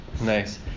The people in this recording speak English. nice